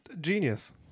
Genius